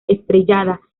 estrellada